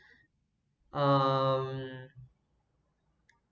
um